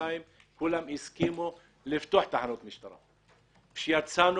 שנתיים בה כולם הסכימו לפתוח תחנות משטרה אבל כשיצאנו,